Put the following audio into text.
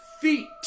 feet